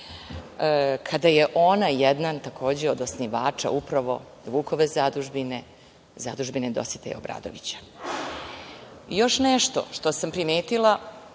kada je ona takođe jedan od osnivača upravo Vukove zadužbine, Zadužbine Dositeja Obradovića? Još nešto što sam primetila,